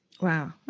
Wow